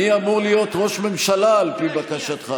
מי אמור להיות ראש ממשלה על פי בקשתך?